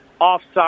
offside